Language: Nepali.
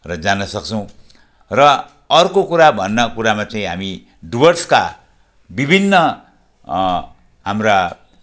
र जान सक्छौँ र अर्को कुरा भन्ने कुरामा चाहिँ हामी डुवर्सका विभिन्न हाम्रा